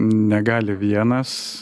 negali vienas